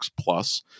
plus